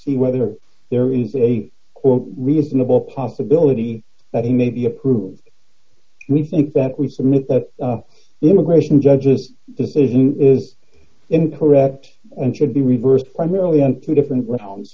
see whether there is a reasonable possibility that he may be approved we think that we submit that the immigration judge's decision is incorrect and should be reversed primarily on three different levels